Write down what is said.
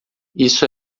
isso